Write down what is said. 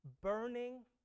burning